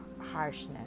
harshness